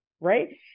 right